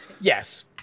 yes